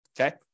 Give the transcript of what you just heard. Okay